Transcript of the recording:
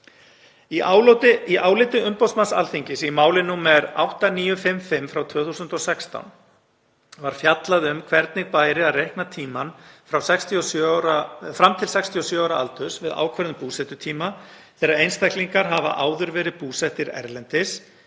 Í áliti umboðsmanns Alþingis í máli nr. 8955/2016 var fjallað um hvernig bæri að reikna tímann fram til 67 ára aldurs við ákvörðun búsetutíma þegar einstaklingar hafa áður verið búsettir erlendis,